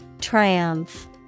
Triumph